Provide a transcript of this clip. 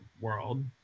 world